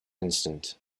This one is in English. instant